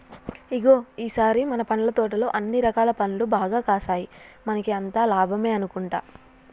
ఇగో ఈ సారి మన పండ్ల తోటలో అన్ని రకాల పండ్లు బాగా కాసాయి మనకి అంతా లాభమే అనుకుంటా